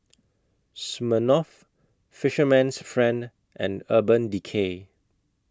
Smirnoff Fisherman's Friend and Urban Decay